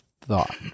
thought